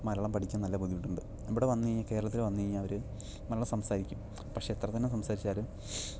മലയാളം പഠിക്കാൻ നല്ല ബുദ്ധിമുട്ടുണ്ട് ഇവിടെ വന്നു കഴിഞ്ഞാൽ കേരളത്തിൽ വന്നു കഴിഞ്ഞാൽ അവർ മലയാളം സംസാരിക്കും പക്ഷെ എത്ര തന്നെ സംസാരിച്ചാലും